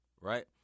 Right